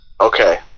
Okay